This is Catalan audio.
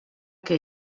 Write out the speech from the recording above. que